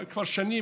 כבר שנים,